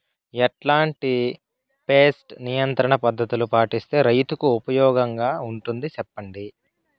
ఎట్లాంటి పెస్ట్ నియంత్రణ పద్ధతులు పాటిస్తే, రైతుకు ఉపయోగంగా ఉంటుంది సెప్పండి?